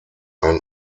ein